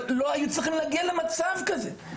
אבל לא היו צריכים להגיע למצב כזה.